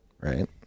right